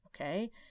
okay